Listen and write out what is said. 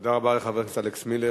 תודה לחבר הכנסת אלכס מילר.